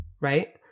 right